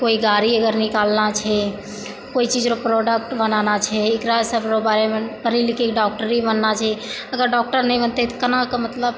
कोइ गाड़ी अगर निकालना छै कोइ चीज रऽ प्रोडक्ट बनाना छै एकरा सब रऽ बारेमे पढ़ी लिखी कऽ डॉक्टरी बनना छै अगर डॉक्टर नहि बनतै तऽ कना कऽ मतलब